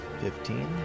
Fifteen